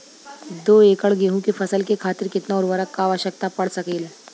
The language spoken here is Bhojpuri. दो एकड़ गेहूँ के फसल के खातीर कितना उर्वरक क आवश्यकता पड़ सकेल?